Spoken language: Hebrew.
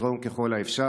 לתרום ככל האפשר.